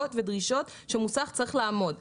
הגדרות ודרישות שמוסך צריך לעמוד בהן.